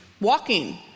walking